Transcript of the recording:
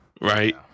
right